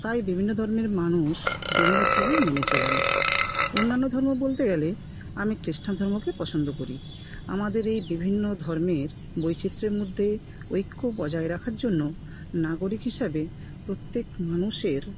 তাই বিভিন্ন ধর্মের মানুষ বিভিন্ন ধর্ম মেনে চলেন অন্যান্য ধর্ম বলতে গেলে আমি খ্রিস্টান ধর্মকে পছন্দ করি আমাদের এই বিভিন্ন ধর্মের বৈচিত্র্যের মধ্যে ঐক্য বজায় রাখার জন্য নাগরিক হিসাবে প্রত্যেক মানুষের